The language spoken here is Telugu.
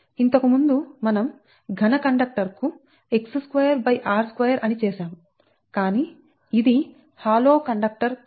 ఇంతకుముందు మనం ఘన కండక్టర్ కు x2r2 అని చేసాము కానీ ఇది హాలోబోలు కండక్టర్ కనుక x2 r12 r22 r12